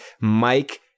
Mike